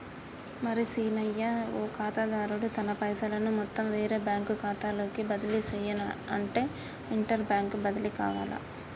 మరి సీనయ్య ఓ ఖాతాదారుడు తన పైసలను మొత్తం వేరే బ్యాంకు ఖాతాలోకి బదిలీ సెయ్యనఅంటే ఇంటర్ బ్యాంక్ బదిలి కావాలి